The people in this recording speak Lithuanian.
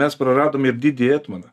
mes praradome ir didįjį etmoną